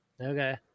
Okay